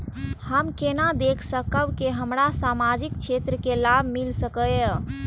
हम केना देख सकब के हमरा सामाजिक क्षेत्र के लाभ मिल सकैये?